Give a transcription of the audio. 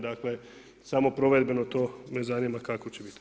Dakle samo provedbeno to me zanima kako će biti.